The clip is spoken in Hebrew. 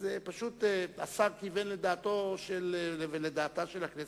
אז פשוט השר כיוון לדעתו ולדעתה של הכנסת.